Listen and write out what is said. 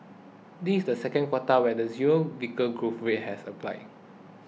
this is the second quota where the zero vehicle growth rate has applied